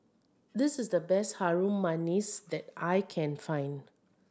this is the best Harum Manis that I can find